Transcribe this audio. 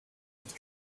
with